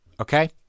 okay